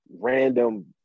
random